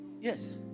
Yes